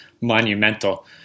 monumental